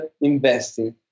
investing